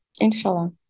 Inshallah